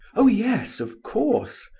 oh yes, of course.